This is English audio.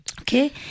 Okay